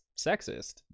sexist